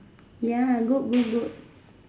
ya good good good